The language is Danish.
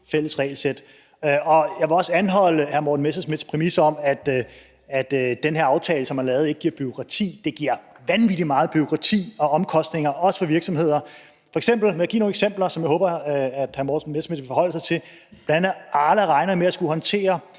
fælles regelsæt. Og jeg vil også anholde hr. Morten Messerschmidts præmis om, at den her aftale, som er lavet, ikke giver bureaukrati. Det giver vanvittig meget bureaukrati og omkostninger, også for virksomheder. Jeg kan give nogle eksempler, som jeg håber hr. Morten Messerschmidt vil forholde sig til: Bl.a. regner Arla med at skulle håndtere